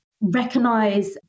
recognize